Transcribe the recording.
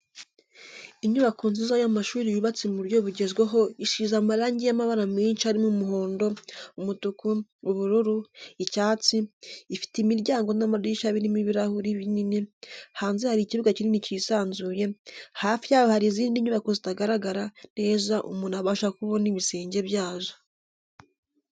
Inyubako nziza y'amashuri yubatse mu buryo bugezweho isize amarangi y'amabara menshi arimo umuhondo, umutuku, ubururu, icyatsi, ifite imiryango n'amadirishya birimo ibirahuri binini, hanze hari ikibuga kinini cyisanzuye, hafi yaho hari izindi nyubako zitagaragara neza umuntu abasha kubona ibisenge byazo.